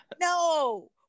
No